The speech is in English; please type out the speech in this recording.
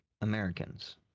Americans